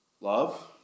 love